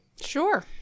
Sure